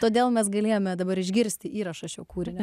todėl mes galėjome dabar išgirsti įrašą šio kūrinio